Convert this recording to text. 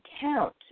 count